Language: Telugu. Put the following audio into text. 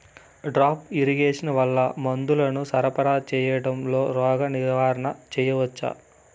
డ్రిప్ ఇరిగేషన్ వల్ల మందులను సరఫరా సేయడం తో రోగ నివారణ చేయవచ్చా?